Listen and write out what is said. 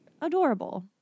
adorable